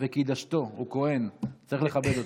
וקידשתו, הוא כהן, צריך לכבד אותו.